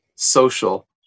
social